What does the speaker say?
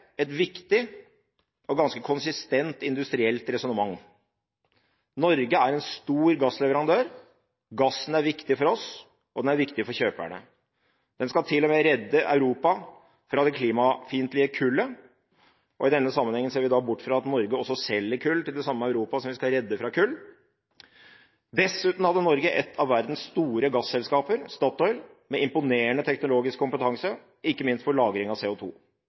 et viktig og ganske konsistent industrielt resonnement: Norge er en stor gassleverandør. Gassen er viktig for oss, og den er viktig for kjøperne. Den skal til og med redde Europa fra det klimafiendtlige kullet, og i denne sammenhengen ser vi bort fra at Norge også selger kull til det samme Europa som vi skal redde fra kull. Dessuten hadde Norge et av verdens store gasselskaper, Statoil, med imponerende teknologisk kompetanse – ikke minst for lagring av